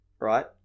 right